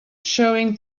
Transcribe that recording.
showing